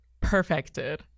perfected